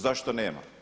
Zašto nema?